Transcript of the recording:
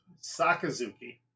Sakazuki